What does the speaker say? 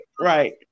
right